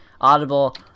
Audible